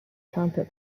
trumpet